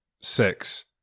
six